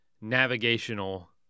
navigational